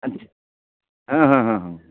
अ जी हँ हँ हँ हँ